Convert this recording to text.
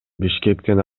бишкектин